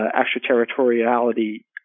extraterritoriality